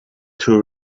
too